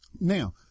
now